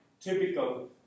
typical